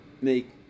make